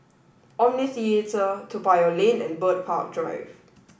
Omni Theatre Toa Payoh Lane and Bird Park Drive